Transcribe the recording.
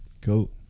Cool